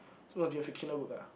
so must be a fictional book ah